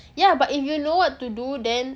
ya but if you know what to do then